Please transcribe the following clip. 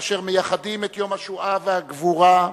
אשר מייחדים ליום השואה והגבורה,